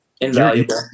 Invaluable